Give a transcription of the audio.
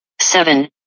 seven